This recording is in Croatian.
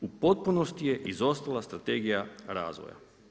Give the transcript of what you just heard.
U potpunosti je izostala strategija razvoja.